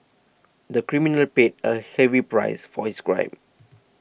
the criminal paid a heavy price for his crime